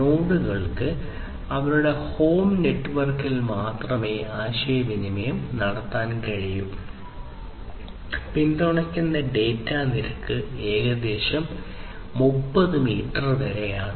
നോഡുകൾക്ക് അവരുടെ ഹോം നെറ്റ്വർക്കിൽ മാത്രമേ ആശയവിനിമയം നടത്താൻ കഴിയൂ പിന്തുണയ്ക്കുന്ന ഡാറ്റ നിരക്ക് ഏകദേശം 30 മീറ്റർ വരെയാണ്